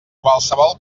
qualsevol